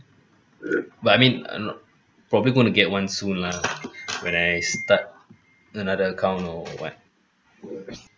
but I mean I don't know probably going to get one soon lah when I start another account or what